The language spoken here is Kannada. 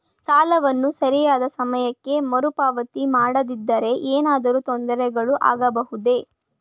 ಸಾಲವನ್ನು ಸರಿಯಾದ ಸಮಯಕ್ಕೆ ಮರುಪಾವತಿ ಮಾಡದಿದ್ದರೆ ಏನಾದರೂ ತೊಂದರೆಗಳು ಆಗಬಹುದೇ?